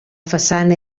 façana